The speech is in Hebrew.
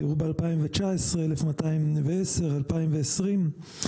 תראו ב-2019 1,210, ב-2020,